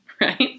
right